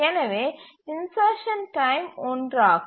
எனவே insertion time 1 ஆகும்